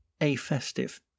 a-festive